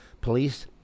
Police